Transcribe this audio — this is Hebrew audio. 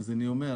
אז אני אומר,